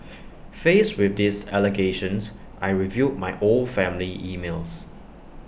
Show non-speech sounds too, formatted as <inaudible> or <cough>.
<noise> faced with these allegations I reviewed my old family emails